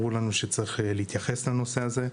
ברור לנו שצריך להתייחס לנושא הזה,